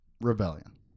rebellion